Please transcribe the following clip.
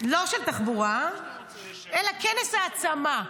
לא של תחבורה אלא כנס העצמה.